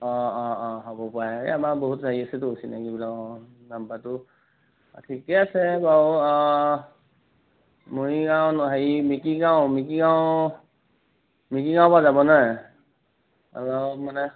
অ অ অ হ'ব পাৰে এই আমাৰ বহুত হেৰি আছেতো চিনাকী এইবিলাক অ নাম্বাৰটো ঠিকে আছে বাৰু অ মৰিগাঁও মিকিৰগাঁও মিকিৰগাঁৱৰ পৰা যাব ন' অ মানে